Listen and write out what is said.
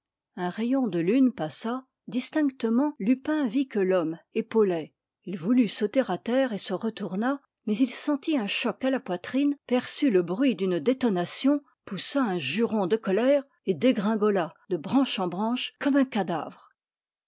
un rayon de lune passa distinctement lupin vit que l'homme épaulait il voulut sauter à terre et se retourna mais il sentit un choc à la poitrine perçut le bruit d'une détonation poussa un juron de colère et dégringola de branche en branche comme un cadavre